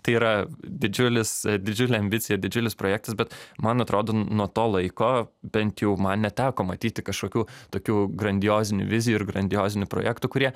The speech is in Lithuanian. tai yra didžiulis didžiulė ambicija didžiulis projektas bet man atrodo n nuo to laiko bent jau man neteko matyti kažkokių tokių grandiozinių vizijų ir grandiozinių projektų kurie